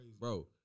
Bro